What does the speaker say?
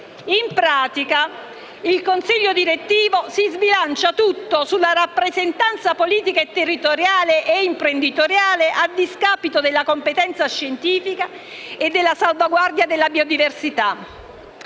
In pratica, il consiglio direttivo si sbilancia tutto sulla rappresentanza politica, territoriale e imprenditoriale, a discapito della competenza scientifica e della salvaguardia della biodiversità.